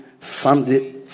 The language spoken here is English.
sunday